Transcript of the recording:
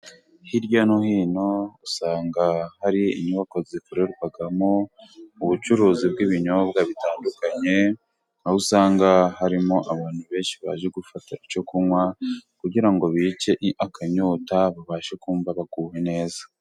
Hirya no hino usanga hari inyubako zikorerwamo ubucuruzi bw'ibinyobwa bitandukanye. Aho usanga harimo abantu benshi baje gufata icyo kunywa, kugira ngo bice akanyota babashe kumva baguwe neza.